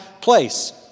place